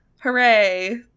Hooray